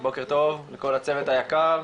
בוקר טוב לכל הצוות היקר,